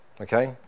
Okay